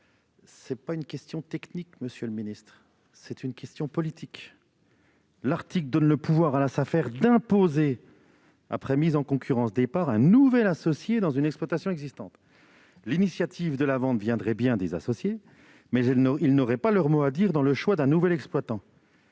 C'est une question non pas technique, monsieur le ministre, mais politique ! L'article donne à la Safer le pouvoir d'imposer, après mise en concurrence des parts, un nouvel associé dans une exploitation existante. L'initiative de la vente viendrait bien des associés, mais ceux-ci n'auraient pas leur mot à dire dans le choix du nouvel exploitant.